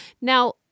Now